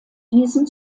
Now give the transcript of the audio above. diesen